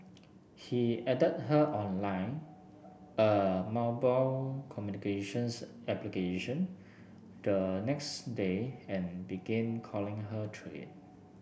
he added her on line a mobile communications application the next day and began calling her through it